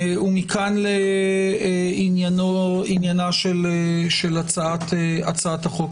ומכאן לעניינה של הצעת החוק.